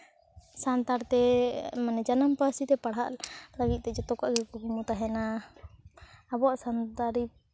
ᱥᱟᱱᱛᱟᱲᱛᱮ ᱢᱟᱱᱮ ᱡᱟᱱᱟᱢ ᱯᱟᱹᱨᱥᱤ ᱛᱮ ᱯᱟᱲᱦᱟᱜ ᱞᱟᱹᱜᱤᱫ ᱛᱮ ᱡᱚᱛᱚ ᱠᱚᱣᱟᱜ ᱜᱮ ᱠᱩᱠᱢᱩ ᱛᱟᱦᱮᱱᱟ ᱟᱵᱚᱣᱟᱜ ᱥᱟᱱᱛᱟᱲᱤ